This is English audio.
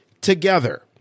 together